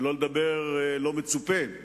שלא לומר לא מצופה,